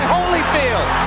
Holyfield